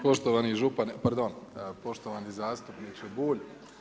Poštovani župane, pardon, poštovani zastupniče Bulj.